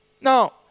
Now